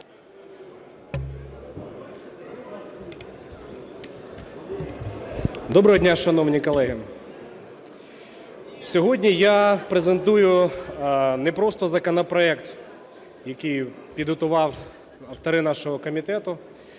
Доброго дня, шановні колеги! Сьогодні я презентую не просто законопроект, який підготували автори нашого комітету,